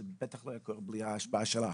שבטח לא הייתה קורית בלי ההשפעה שלך,